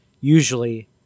usually